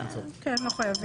לא חייבים.